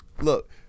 Look